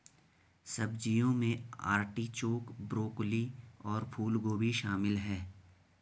सब्जियों में artichoke, broccoli और फूलगोभी शामिल है